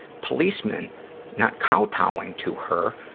policeman not kowtowing to her